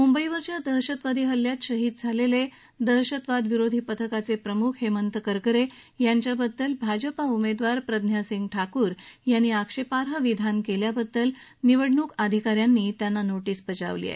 मुंबईवरील दहशतवादी हल्ल्यात शहीद झालेले दहशतवादविरोधी पथकाचे प्रमुख हेमंत करकरे यांच्याबद्दल भाजपा उमेदवार प्रज्ञासिंह ठाकुर यांनी आक्षेपाई विधान केल्याप्रकरणी निवडणूक अधिका यांनी नोटीस बजावली आहे